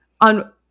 on